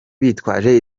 bitwaje